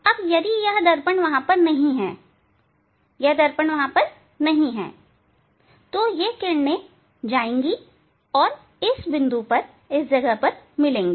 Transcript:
अब यदि दर्पण वहां नहीं है यदि दर्पण वहां नहीं है तो यह किरणें जाएंगी और इस बिंदु पर मिलेंगी